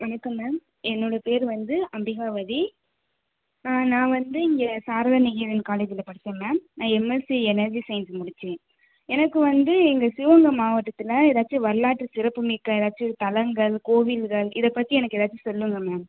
வணக்கம் மேம் என்னோடய பேர் வந்து அம்பிகாவதி நான் நான் வந்து இங்கே சாரதா நிகேதன் காலேஜில் படித்தேன் மேம் நான் எம்எஸ்சி எனர்ஜி சைன்ஸ் முடித்தேன் எனக்கு வந்து இங்கே சிவகங்கை மாவட்டத்தில் ஏதாச்சும் வரலாற்று சிறப்புமிக்க ஏதாச்சும் தலங்கள் கோவில்கள் இதைப் பற்றி எனக்கு ஏதாச்சும் சொல்லுங்கள் மேம்